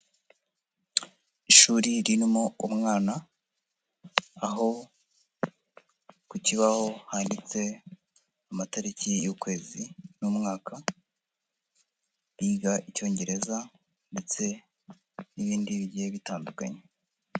Ishuri ririmo umwana, aho ku kibaho handitse amatariki y'ukwezi n'umwaka, biga Icyongereza ndetse n'ibindi bigiye bitandukanye.